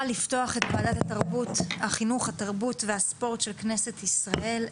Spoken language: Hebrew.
ברוכים הבאים לוועדת החינוך התרבות והספורט של כנסת ישראל.